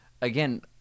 again